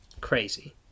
Crazy